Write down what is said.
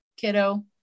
kiddo